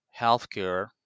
healthcare